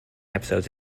episodes